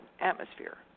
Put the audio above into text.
atmosphere